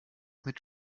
mit